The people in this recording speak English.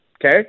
Okay